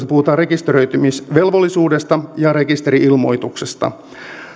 puhutaan rekisteröitymisvelvollisuudesta ja rekisteri ilmoituksesta